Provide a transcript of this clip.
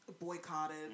boycotted